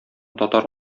татар